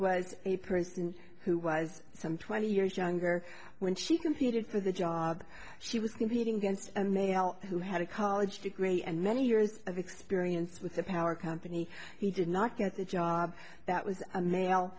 was a person who was some twenty years younger when she competed for the job she was competing against who had a college degree and many years of experience with the power company he did not get the job that was a male